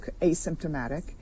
asymptomatic